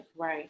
right